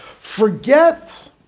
Forget